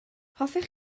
hoffech